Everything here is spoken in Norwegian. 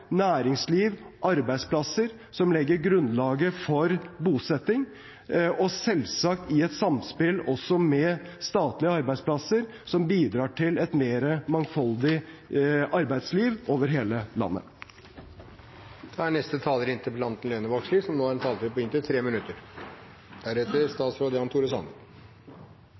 næringsliv og arbeidsplasser som legger grunnlaget for bosetting, selvsagt i et samspill med statlige arbeidsplasser, som bidrar til et mer mangfoldig arbeidsliv over hele landet. Eg takkar for svaret frå statsråden. Eg er